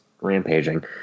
rampaging